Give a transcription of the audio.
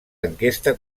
enquesta